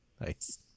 Nice